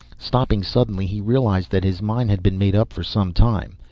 stopping suddenly, he realized that his mind had been made up for some time.